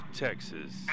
Texas